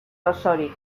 osorik